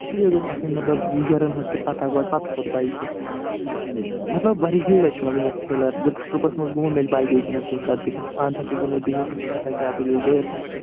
اسی لیے گٔژھ آسٕنۍ مطلب گِیرَن ہنٛز تہِ پَتہ گۄڈٕ پَتہٕ کھوٚتھ بایکہِ مطلب واریاہہِ لَٹہِ چھُ مےٚ گوٚمُت فیلیَر بہٕ چھُس ٹرٛپَس منٛز گوٚمُت مےٚ چھِ بایکٕے گٔمٕژ کُنہِ ساتہٕ بِہتھ اَنٛد ہیٚتھٕے گٔمٕژ بِہتھ مےٚ چھِ پَتہ کیٛاہ دٔلیٖل گٔیٚیَس نہٕ کیٚنٛہہ